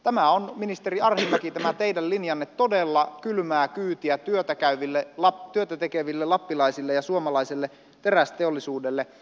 tämä teidän linjanne ministeri arhinmäki on todella kylmää kyytiä työtä tekeville lappilaisille ja suomalaiselle terästeollisuudelle